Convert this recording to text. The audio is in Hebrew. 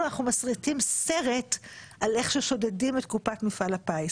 מסריטים סרט על איך ששודדים את קופת מפעל הפיס.